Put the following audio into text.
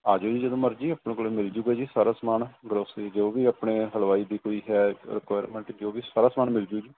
ਆਜੋ ਜੀ ਜਦੋ ਮਰਜੀ ਆਪਣੇ ਕੋਲ ਮਿਲ ਜਾੂਗਾ ਜੀ ਸਾਰਾ ਸਮਾਨ ਗਰੋਸਰੀ ਜੋ ਵੀ ਆਪਣੇ ਹਲਵਾਈ ਦੀ ਕੋਈ ਹੈ ਰਿਕੁਆਇਰਮੈਂਟ ਜੋ ਵੀ ਸਾਰਾ ਸਮਾਨ ਮਿਲਜੂ ਜੀ